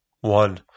one